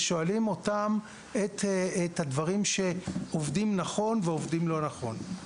ושואלים אותם את הדברים שעובדים נכון ועובדים לא נכון.